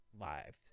lives